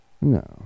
No